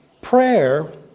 Prayer